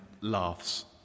laughs